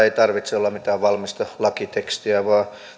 ei tarvitse olla mitään valmista lakitekstiä vaan